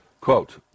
quote